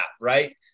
right